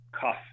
cuff